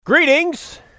Greetings